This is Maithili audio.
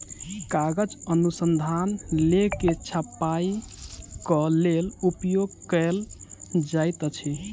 कागज अनुसंधान लेख के छपाईक लेल उपयोग कयल जाइत अछि